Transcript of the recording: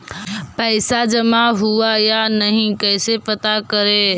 पैसा जमा हुआ या नही कैसे पता करे?